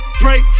break